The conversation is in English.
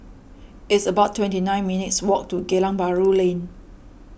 it's about twenty nine minutes' walk to Geylang Bahru Lane